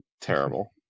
terrible